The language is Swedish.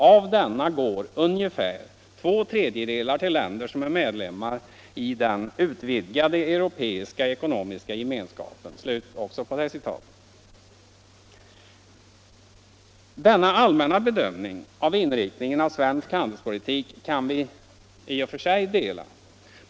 Av denna går ungefär två tredjedelar till länder som är medlemmar i den utvidgade europeiska ekonomiska gemenskapen .” Denna allmänna bedömning av inriktningen av svensk handelspolitik kan vi i och för sig dela.